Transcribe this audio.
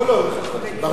לכל אורך החקיקה.